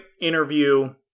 interview –